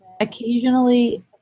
occasionally